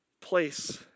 place